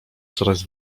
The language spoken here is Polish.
coraz